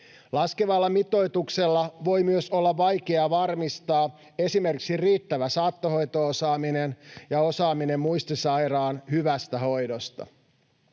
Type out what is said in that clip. Laskevalla mitoituksella voi myös olla vaikea varmistaa esimerkiksi riittävä saattohoito-osaaminen ja osaaminen muistisairaan hyvästä hoidosta.